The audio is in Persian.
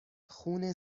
خون